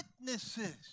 witnesses